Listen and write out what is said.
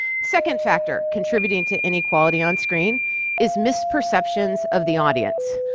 second factor contributing to inequality on-screen is misperceptions of the audience.